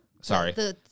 Sorry